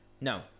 No